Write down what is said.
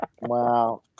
Wow